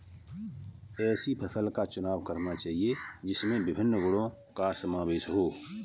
ऐसी फसल का चुनाव करना चाहिए जिसमें विभिन्न गुणों का समावेश हो